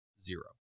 zero